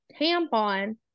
tampon